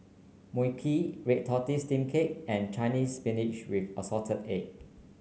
Mui Kee Red Tortoise Steamed Cake and Chinese Spinach with assorted egg